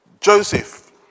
Joseph